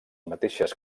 mateixes